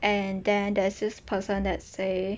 and then there's this person that say